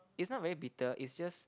it's not very bitter it's just